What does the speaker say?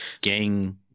gang